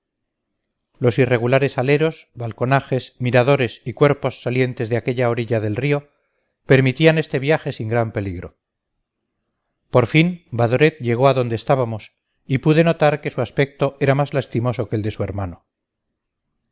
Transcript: los irregulares aleros balconajes miradores y cuerpos salientes de aquella orilla del río permitían este viaje sin gran peligro por fin badoret llegó a donde estábamos y pude notar que su aspecto era más lastimoso que el de su hermano